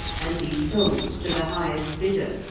and be sold to the highest bidder.